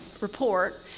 report